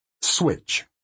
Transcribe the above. Switch